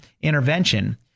intervention